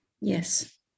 Yes